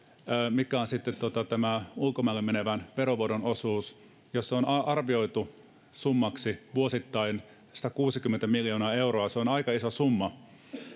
joka on sitten ulkomaille menevän verovuodon osuus jos sen summaksi on arvioitu vuosittain satakuusikymmentä miljoonaa euroa se on aika iso summa